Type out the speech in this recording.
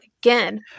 again